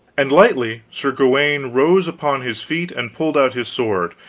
and lightly sir gawaine rose upon his feet and pulled out his sword,